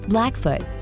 Blackfoot